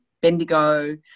Bendigo